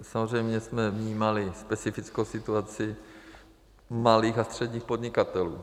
Samozřejmě jsme vnímali specifickou situaci malých a středních podnikatelů.